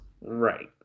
Right